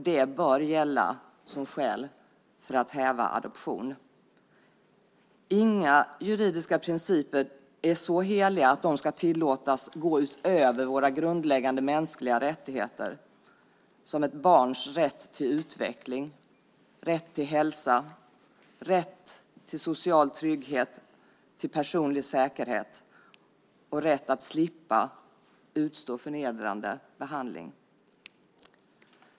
Det bör gälla som skäl för att häva adoption. Inga juridiska principer är så heliga att de ska tillåtas gå utöver våra grundläggande mänskliga rättigheter - som ett barns rätt till utveckling, hälsa, social trygghet, personlig säkerhet och rätt att slippa utstå förnedrande behandling.